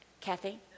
Kathy